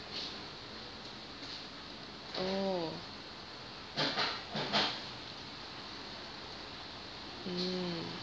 oh mm